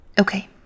okay